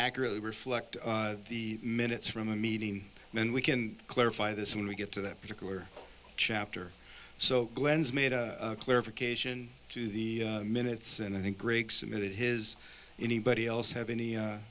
accurately reflect the minutes from a meeting and we can clarify this when we get to that particular chapter so glen's made a clarification to the minutes and i think greg submitted his anybody else have any